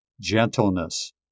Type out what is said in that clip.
gentleness